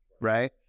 right